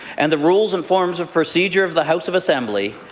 and the rules and forms of procedure of the house of assembly,